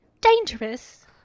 dangerous